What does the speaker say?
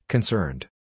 Concerned